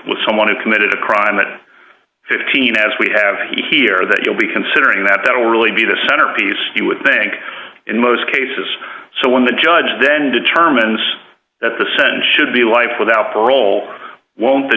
with someone who committed a crime at fifteen as we have here that you'll be considering that that will really be the centerpiece you would think in most cases so when the judge then determines that the sentence should be life without parole won't the